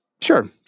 Sure